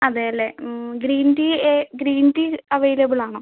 അതെ അല്ലേ green tea ഏ ഗ്രീൻ ടീ അവൈലബിൾ ആണോ